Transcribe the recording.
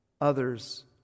others